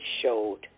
showed